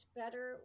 better